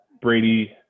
Brady